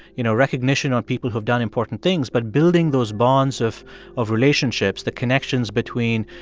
you know, recognition on people who've done important things, but building those bonds of of relationships, the connections between,